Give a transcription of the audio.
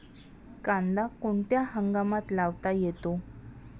कांदा कोणत्या हंगामात लावता येतो?